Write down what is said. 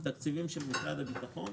תקציבים של משרד הביטחון,